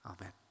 Amen